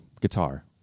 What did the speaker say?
guitar